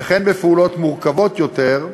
וכן בפעולות מורכבות יותר,